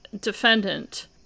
defendant